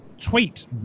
tweet